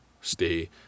stay